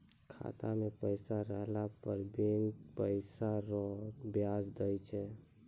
खाता मे पैसा रहला पर बैंक पैसा रो ब्याज दैय छै